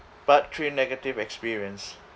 part three negative experience